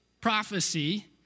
prophecy